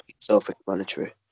self-explanatory